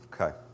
Okay